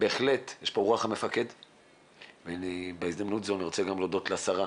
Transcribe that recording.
בהחלט יש פה את רוח המפקד ובהזדמנות זו אני רוצה גם להודות לשרה,